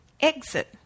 exit